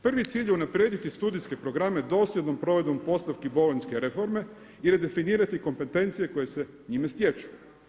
Prvi cilj je unaprijediti studijske programe dosljednom provedbom bolonjske reforme i redefinirati kompetencije koje se njime stječu.